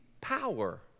power